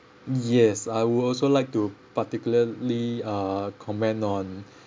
yes I will also like to particularly uh comment on